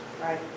Right